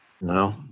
No